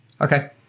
Okay